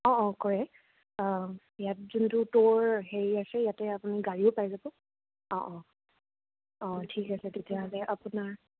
অ' অ' কৰে ইয়াত যোনটো ট'ৰ হেৰি আছে ইয়াতে আপুনি গাড়ীও পাই যাব অ' অ' অ' ঠিক আছে তেতিয়াহ'লে আপোনাৰ